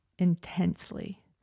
intensely